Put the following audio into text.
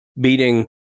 beating